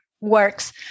works